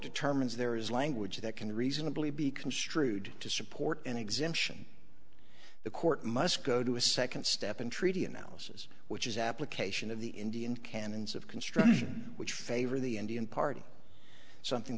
determines there is language that can reasonably be construed to support an exemption the court must go to a second step in treaty analysis which is application of the indian canons of construction which favor the indian party something